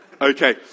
Okay